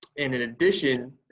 and in addition,